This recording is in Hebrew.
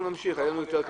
הישיבה ננעלה בשעה